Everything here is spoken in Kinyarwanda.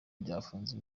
byafunze